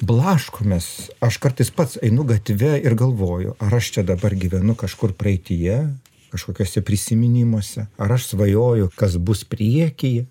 blaškomės aš kartais pats einu gatve ir galvoju ar aš čia dabar gyvenu kažkur praeityje kažkokiuose prisiminimuose ar aš svajoju kas bus prieky